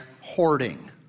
hoarding